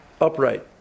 upright